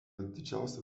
didžiausia